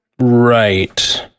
Right